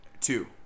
Two